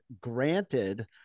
granted